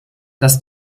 dass